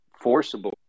forcible